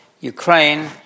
Ukraine